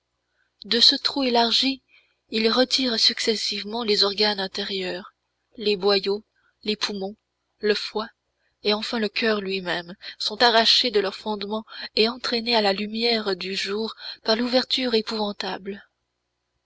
de ce trou élargi il retire successivement les organes intérieurs les boyaux les poumons le foie et enfin le coeur lui-même sont arrachés de leurs fondements et entraînés à la lumière du jour par l'ouverture épouvantable